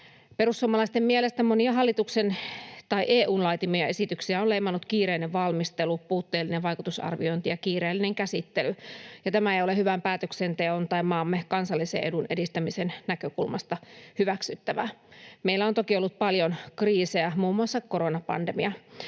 Perussuomalaisten mielestä monia EU:n laatimia esityksiä on leimannut kiireinen valmistelu, puutteellinen vaikutusarviointi ja kiireellinen käsittely, ja tämä ei ole hyvän päätöksenteon tai maamme kansallisen edun edistämisen näkökulmasta hyväksyttävää. Meillä on toki ollut paljon kriisejä, muun muassa koronapandemia